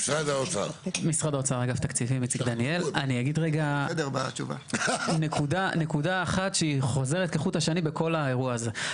אני אגיד רגע נקודה אחת שהיא חוזרת כחוט השני בכל האירוע הזה.